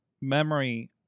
memory